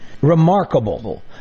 Remarkable